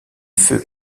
feu